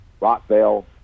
Rockville